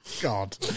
God